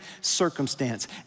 circumstance